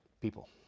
people